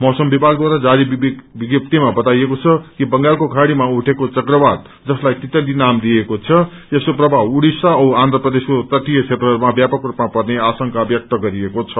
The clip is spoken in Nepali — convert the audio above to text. मौमस विभागद्वारा जारी विज्ञप्तिमा बताइएको छ कि बंगालको खाड़ीमा उठेको चक्रवात जसलाई तितली नाम दिइएको छ यसको प्रभाव उड़िसा औ आन्ध्रप्रदेशको तटीय क्षेत्रहरूमा व्यपक रूपमा पर्ने आशंका व्यक्त गरिएको छ